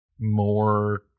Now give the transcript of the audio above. more